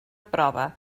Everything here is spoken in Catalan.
prova